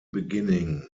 beginning